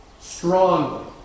strongly